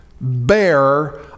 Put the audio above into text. bear